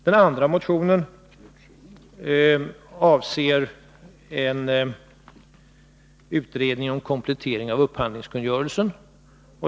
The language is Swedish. Den andra motionen avser en utredning om komplettering av upphandlingskungörelsen.